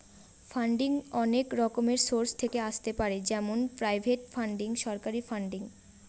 funding অনেক রকমের source থেকে আসতে পারে যেমন প্রাইভেট ফান্ডিং, সরকারি ফান্ডিং